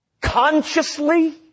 Consciously